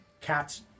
cats